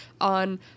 on